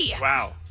Wow